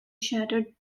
shattered